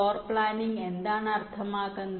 floor planning എന്താണ് അർത്ഥമാക്കുന്നത്